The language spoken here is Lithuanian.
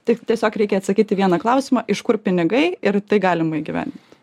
tik tiesiog reikia atsakyt į vieną klausimą iš kur pinigai ir tai galima įgyvendint